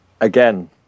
again